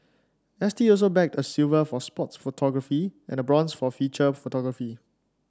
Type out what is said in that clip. S T also bagged a silver for sports photography and a bronze for feature photography